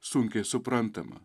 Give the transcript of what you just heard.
sunkiai suprantama